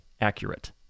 accurate